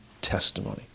testimony